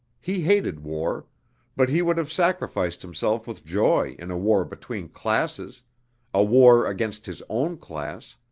he hated war but he would have sacrificed himself with joy in a war between classes a war against his own class,